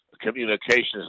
communications